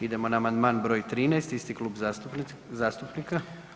Idemo na Amandman broj 13. isti klub zastupnika.